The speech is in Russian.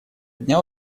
дня